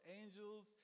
angels